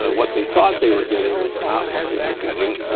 ah what they thought they were getting is not what they were getting.